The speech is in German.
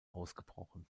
ausgebrochen